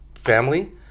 family